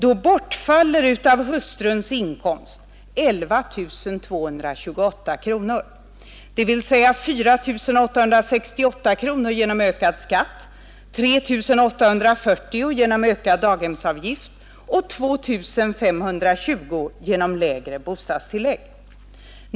Då bortfaller av hustruns inkomst 11 228 kronor, dvs. 4 868 kronor genom ökad skatt, 3 840 genom ökad daghemsavgift och 2 520 genom lägre bostadstillägg.